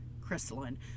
crystalline